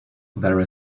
there